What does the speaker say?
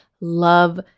love